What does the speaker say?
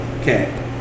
okay